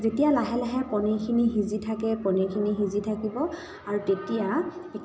যেতিয়া লাহে লাহে পনিৰখিনি সিজি থাকে পনিৰখিনি সিজি থাকিব আৰু তেতিয়া